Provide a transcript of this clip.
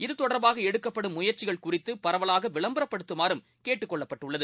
இதுதொடர்பாகஎடுக்கப்படும்முயற்சிகள்குறித்துபரவலாகவிளம்பரப்படுத்துமாறும்கே ட்டுக்கொள்ளப்பட்டுள்ளது